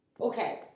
okay